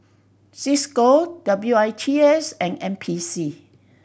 Cisco W I T S and N P C